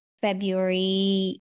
February